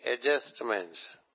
adjustments